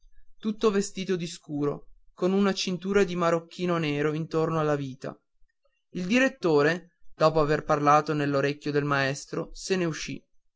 tutto vestito di scuro con una cintura di marocchino nero intorno alla vita il direttore dopo aver parlato nell'orecchio al maestro se ne uscì